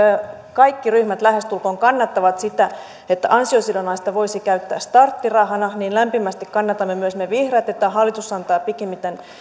kaikki ryhmät lähestulkoon kannattavat sitä että ansiosidonnaista voisi käyttää starttirahana niin lämpimästi kannatamme myös me vihreät että hallitus antaa pikimmiten